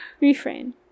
Refrain